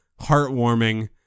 heartwarming